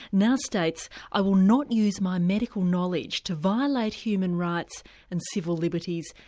now states i will not use my medical knowledge to violate human rights and civil liberties,